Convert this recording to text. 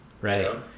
right